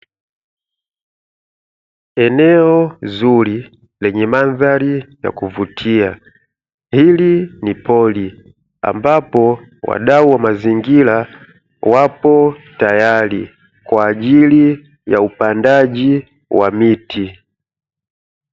Eneo zuri lenye mandhari ya kuvutia, hili ni pori ambapo wadau wa mazingira wapo tayari kwa ajili ya upandaji wa miti.